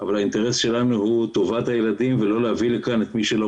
אבל האינטרס שלנו הוא גם טובת הילדים ולא להביא לכאן את מי שלא